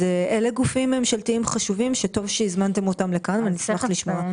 אלה גופים ממשלתיים חשובים שטוב שהזמנתם אותם לכאן ונשמח לשמוע אותם.